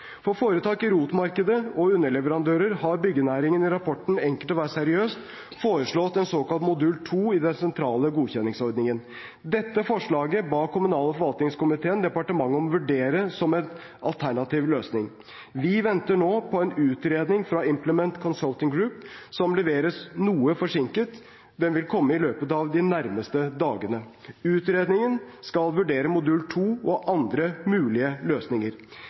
For foretak i ROT-markedet og underleverandører har byggenæringen i rapporten Enkelt å være seriøs foreslått en såkalt modul 2 i den sentrale godkjenningsordningen. Dette forslaget ba kommunal- og forvaltningskomiteen departementet om å vurdere som en alternativ løsning. Vi venter nå på en utredning fra Implement Consulting Group, som leveres noe forsinket, men som vil komme i løpet av de nærmeste dagene. Utredningen skal vurdere modul 2 og andre mulige løsninger.